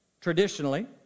Traditionally